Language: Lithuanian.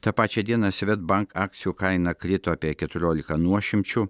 tą pačią dieną svedbank akcijų kaina krito apie keturioliką nuošimčių